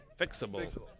Fixable